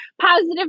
positive